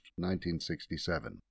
1967